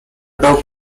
dog